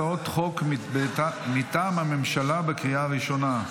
הצעות חוק מטעם הממשלה לקריאה ראשונה.